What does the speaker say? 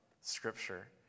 scripture